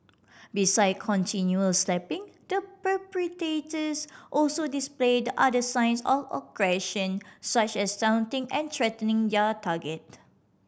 besides continual a slapping the perpetrators also displayed other signs of aggression such as taunting and threatening their target